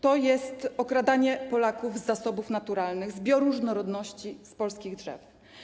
To jest okradanie Polaków z zasobów naturalnych, z bioróżnorodności, z polskich drzew.